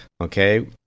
okay